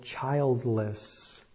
childless